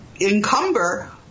encumber